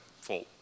full